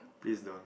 please don't